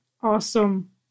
awesome